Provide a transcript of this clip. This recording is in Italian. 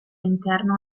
interno